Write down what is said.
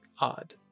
odd